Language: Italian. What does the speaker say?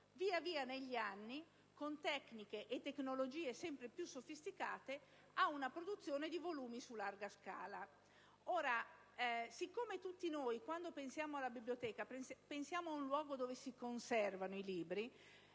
via via negli anni, con tecniche e tecnologie sempre più sofisticate, ad una produzione di volumi su larga scala. Poiché tutti noi, quando pensiamo alla biblioteca, pensiamo ad un luogo dove si conservano i libri,